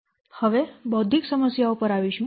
હવે બૌદ્ધિક સમસ્યાઓ પર આવીશું